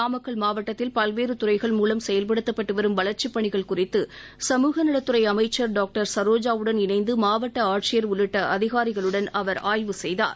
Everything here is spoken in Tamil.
நாமக்கல் மாவட்டத்தில் பல்வேறு துறைகள் மூவம் செயல்படுத்தப்பட்டு வரும் வளர்ச்சிப் பணிகள் குறித்து சமூகநலத்துறை அமைச்சர் டாக்டர் சரோஜாவுடன் இணைந்து மாவட்ட ஆட்சியர் உள்ளிட்ட அதிகாரிகளுடன் அவர் ஆய்வு செய்தார்